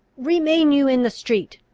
remain you in the street!